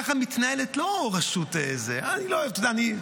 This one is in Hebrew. ככה מתנהלת לא רשות, אני לא אוהב, אתה יודע, אני,